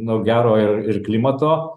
nu gero ir ir klimato